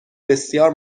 بسیار